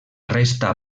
resta